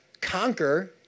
conquer